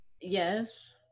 Yes